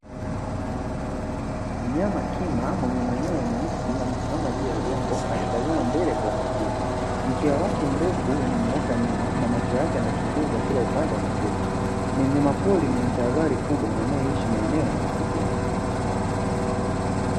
Mnyama kima mwenye manyoya meusi amesimama juu ya udongo akitazama mbele kwa umakini, mkia wake mrefu umenyooka nyuma na macho yake yanachunguza Kila upande wa msitu. Ni mnyamapori mwenye tahadhari kubwa na anayeishi maeneo ya msituni.